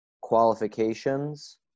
qualifications